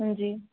ਹਾਂਜੀ